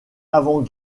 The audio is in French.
avant